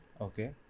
okay